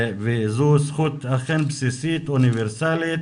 וזו זכות אכן בסיסית אוניברסלית